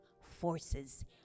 forces